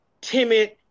timid